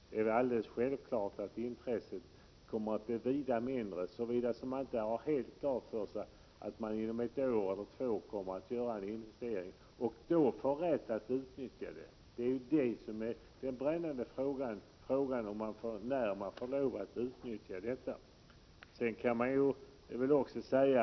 Det är väl självklart att intresset kommer att bli vida mindre, såvida man inte har helt klart för sig att man inom ett år eller två kommer att göra en investering och då få rätt att utnyttja medlen. Den brännande frågan är alltså när man får utnyttja pengarna.